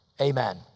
amen